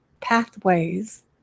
pathways